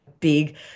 Big